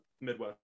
Midwest